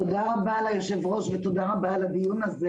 תודה רבה ליושב ראש ותודה רבה על הדיון הזה.